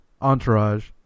Entourage